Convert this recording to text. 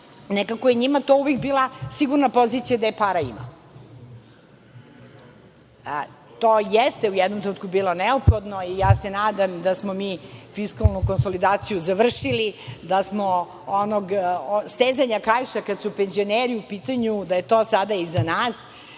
nekako je to njima uvek bila sigurna pozicija gde para ima. To jeste u jednom trenutku bilo neophodno i ja se nadam da smo mi fiskalnu konsolidaciju završili, da je stezanje kaiša, kada su penzioneri u pitanju, sada iza